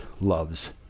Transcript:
loves